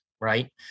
right